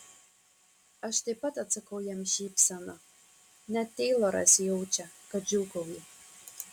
aš taip pat atsakau jam šypsena net teiloras jaučia kad džiūgauju